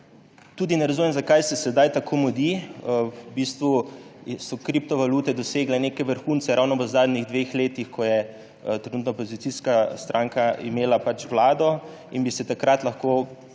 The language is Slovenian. Tudi ne razumem, zakaj se sedaj tako mudi. V bistvu so kriptovalute dosegle neke vrhunce ravno v zadnjih dveh letih, ko je trenutna opozicijska stranka imela Vlado in bi se takrat lahko